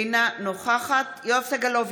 אינה נוכחת יואב סגלוביץ'